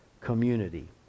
community